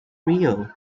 real